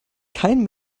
kein